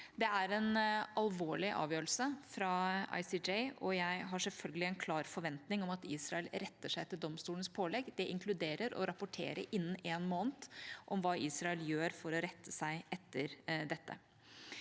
Det er en alvorlig avgjørelse fra ICJ, og jeg har selvfølgelig en klar forventning om at Israel retter seg etter domstolens pålegg. Det inkluderer å rapportere innen én måned om hva Israel gjør for å rette seg etter dette.